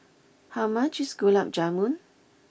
how much is Gulab Jamun